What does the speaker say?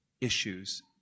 issues